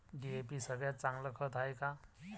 DAP सगळ्यात चांगलं खत हाये का?